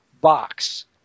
box